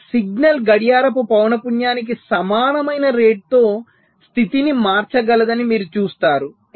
కొన్ని సిగ్నల్ గడియారపు పౌనపున్యానికి సమానమైన రేటుతో స్థితిని మార్చగలదని మీరు చూస్తారు